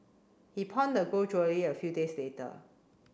he pawned the gold jewellery a few days later